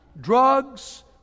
drugs